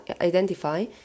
identify